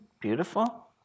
beautiful